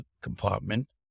compartment